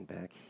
back